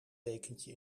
dekentje